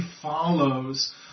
follows